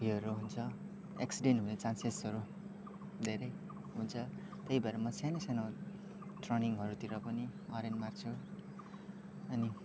उयोहरू हुन्छ एक्सिडेन्ट हुने चान्सेसहरू धेरै हुन्छ त्यही भएर म सानो सानो टर्निङहरूतिर पनि हर्न मार्छु अनि